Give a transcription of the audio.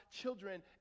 children